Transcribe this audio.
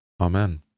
Amen